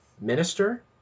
minister